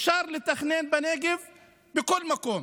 אפשר לתכנן בנגב בכל מקום,